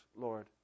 Lord